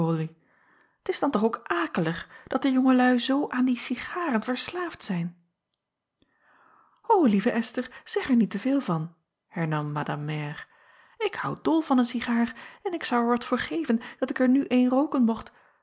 t is dan toch ook akelig dat de jongelui zoo aan die cigaren verslaafd zijn o lieve sther zeg er niet te veel van hernam madame mère ik hou dol van een cigaar en ik zou er wat voor geven dat ik er nu een rooken mocht